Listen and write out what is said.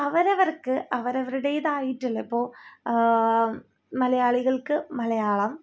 അവർ അവരവർക്ക് അവരുടേതായിട്ടുള്ള ഇപ്പോൾ മലയാളികൾക്ക് മലയാളം